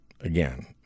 again